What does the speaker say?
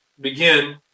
begin